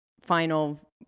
final